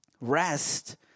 Rest